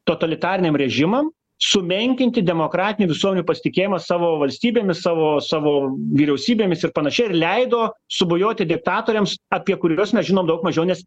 totalitariniam režimam sumenkinti demokratinių visuomenių pasitikėjimą savo valstybėmis savo savo vyriausybėmis ir panašiai ir leido subujoti diktatoriams apie kuriuos mes žinom daug mažiau nes